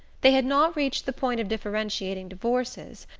they had not reached the point of differentiating divorces,